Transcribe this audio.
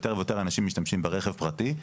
יותר ויותר אנשים משתמשים ברכב פרטי,